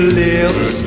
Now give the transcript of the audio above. lips